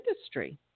industry